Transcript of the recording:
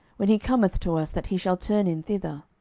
when he cometh to us, that he shall turn in thither.